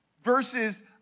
versus